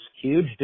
huge